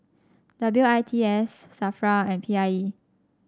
W I T S Safra and P I E